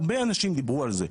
הרבה אנשים דיברו על זה,